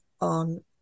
on